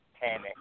panic